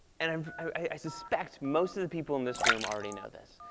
and um i suspect most of the people in this room already know this.